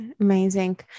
Amazing